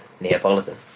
Neapolitan